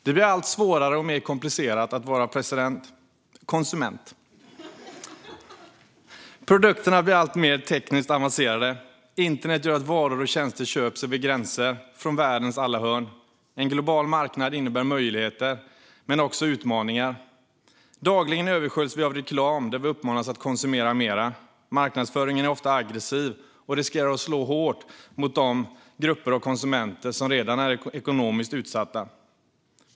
Det blir allt svårare och mer komplicerat att vara konsument. Produkterna blir alltmer tekniskt avancerade, och internet gör att varor och tjänster köps över gränser, från världens alla hörn. En global marknad innebär möjligheter men också utmaningar. Dagligen översköljs vi av reklam där vi uppmanas att konsumera mer. Marknadsföringen är ofta aggressiv och riskerar att slå hårt mot de grupper av konsumenter som redan är ekonomiskt utsatta.